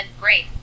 great